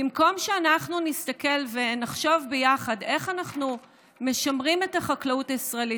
במקום שאנחנו נסתכל ונחשוב ביחד איך אנחנו משמרים את החקלאות הישראלית,